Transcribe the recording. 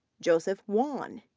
joseph won,